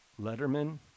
Letterman